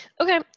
Okay